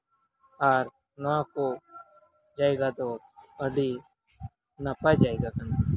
ᱟᱨ ᱱᱚᱣᱟᱠᱚ ᱡᱟᱭᱜᱟ ᱫᱚ ᱟᱹᱰᱤ ᱱᱟᱯᱟᱭ ᱡᱟᱭᱜᱟ ᱠᱟᱱᱟ